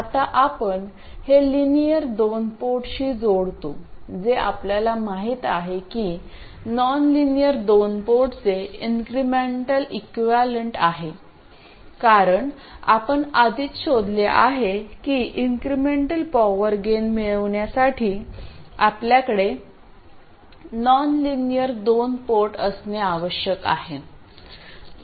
आता आपण हे लिनियर दोन पोर्टशी जोडतो जे आपल्याला माहित आहे की नॉनलिनियर दोन पोर्टचे इन्क्रिमेंटल इक्विवलेंट आहे कारण आपण आधीच शोधले आहे की इन्क्रिमेंटल पॉवर गेन मिळविण्यासाठी आपल्याकडे नॉनलिनियर दोन पोर्ट असणे आवश्यक आहे